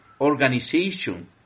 organization